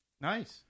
Nice